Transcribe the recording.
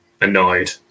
annoyed